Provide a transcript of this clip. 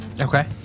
Okay